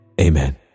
amen